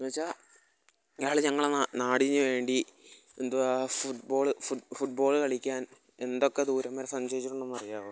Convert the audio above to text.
എന്ന് വെച്ചാൽ ഇയാൾ ഞങ്ങളുടെ നാടിന് വേണ്ടി എന്തുവാ ഫുട്ബോള് ഫുട്ബോള് കളിക്കാൻ എന്തൊക്കെ ദൂരം വരെ സഞ്ചരിച്ചിട്ടുണ്ടെന്നറിയാമോ